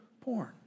porn